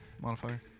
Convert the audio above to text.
modifier